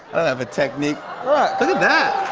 have a technique ah but that.